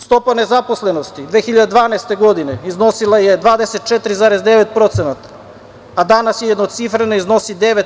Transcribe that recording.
Stopa nezaposlenosti 2012. godine iznosila je 24,9%, a danas je jednocifrena i iznosi 9%